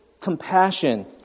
Compassion